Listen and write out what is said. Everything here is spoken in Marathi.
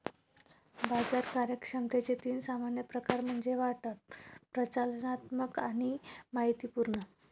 बाजार कार्यक्षमतेचे तीन सामान्य प्रकार म्हणजे वाटप, प्रचालनात्मक आणि माहितीपूर्ण